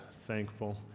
Thankful